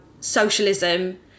socialism